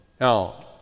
Now